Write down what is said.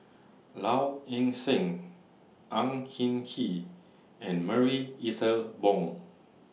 Low Ing Sing Ang Hin Kee and Marie Ethel Bong